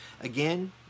Again